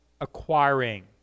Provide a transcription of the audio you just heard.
acquiring